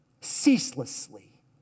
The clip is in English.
Ceaselessly